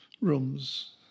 rooms